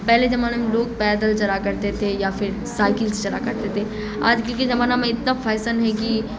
پہلے زمانے میں لوگ پیدل چلا کرتے تھے یا پھر سائیکل سے چلا کرتے تھے آج کل کے زمانہ میں اتنا فیسن ہے کہ